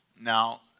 Now